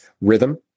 rhythm